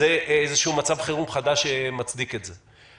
זה איזשהו מצב חירום שמצדיק את זה.